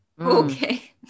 Okay